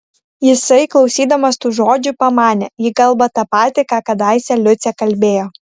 jisai klausydamas tų žodžių pamanė ji kalba ta patį ką kadaise liucė kalbėjo